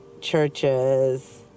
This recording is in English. churches